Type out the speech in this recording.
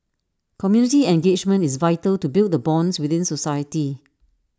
community engagement is vital to build the bonds within society